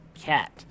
cat